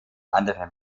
anderem